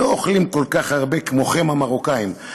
לא אוכלים כל כך הרבה כמוכם, המרוקאים.